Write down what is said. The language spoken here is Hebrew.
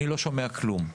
אני לא שומע כלום.